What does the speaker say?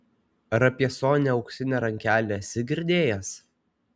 ar apie sonią auksinę rankelę esi girdėjęs